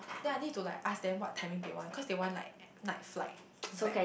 then I need to like ask them what timing they want cause they want like night flight back